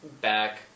back